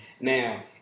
Now